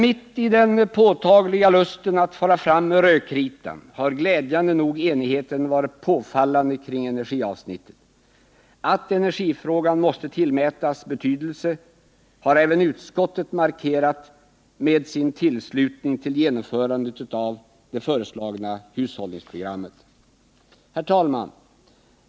Mitt i den påtagliga lusten att fara fram med rödkritan har glädjande nog ' enigheten varit påfallande kring energiavsnittet. Att energifrågan måste tillmätas betydelse har även utskottet markerat med att ansluta sig till genomförandet av hushållningsprogrammet. Herr talman!